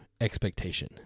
expectation